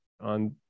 on